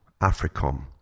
AFRICOM